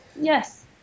yes